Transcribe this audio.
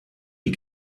die